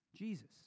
Jesus